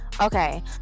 Okay